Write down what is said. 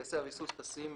טייסי הריסוס טסים